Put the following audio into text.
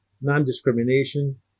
non-discrimination